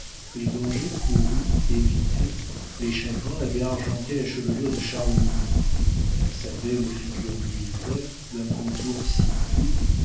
les dangers courus évités les chagrins avaient argenté la chevelure de charles mignon sa belle figure militaire d'un contour si pur